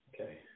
Okay